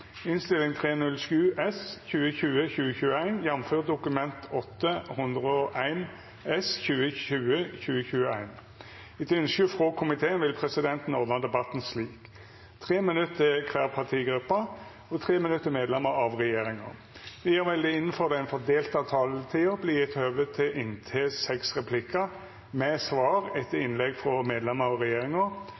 innstilling. Fleire har ikkje bedt om ordet til sak nr. 22. Etter ynske frå familie- og kulturkomiteen vil presidenten ordna debatten slik: 3 minutt til kvar partigruppe og 3 minutt til medlemer av regjeringa. Vidare vil det – innanfor den fordelte taletida – verta gjeve anledning til inntil seks replikkar med svar etter innlegg frå medlemer av regjeringa,